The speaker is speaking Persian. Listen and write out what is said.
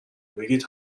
بگید